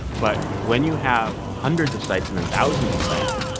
but when you have hundreds of sites and then thousands of sites,